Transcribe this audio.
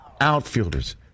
outfielders